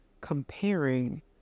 comparing